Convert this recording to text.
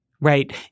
right